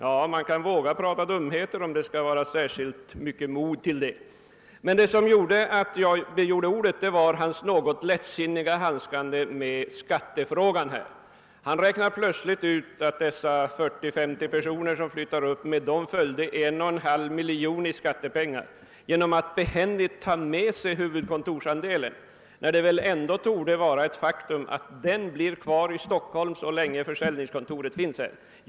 Ja, man kan våga prata dumheter, om det skall vara särskilt mycket mod till det. Det som föranleder mig att begära ordet var herr Stridsmans något lättsinniga handskande med skattefrågan. Han räknade plötsligt ut att med dessa 40—50 anställda som skulle flytta upp till Norrbotten, följde 1,5 miljoner i skattepengar och han tog då behändigt med huvudkontorsandelen. Men det torde vara ett faktum, att den blir kvar i Stockholm, så länge försäljningskontoret finns här.